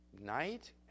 Night